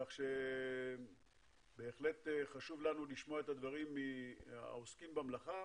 כך שבהחלט חשוב לנו לשמוע את הדברים מהעוסקים במלאכה,